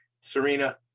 Serena